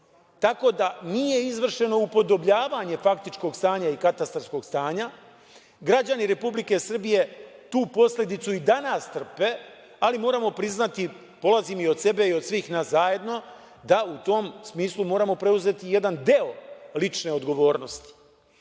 tako da, nije izvršeno upodobljavanje faktično stanja i katastarskog stanja. Građani Republike Srbije tu posledicu i danas trpe, ali moramo priznati, polazim i od sebe i od svih nas zajedno da u tom smislu moramo preuzeti jedan deo lične odgovornosti. Ono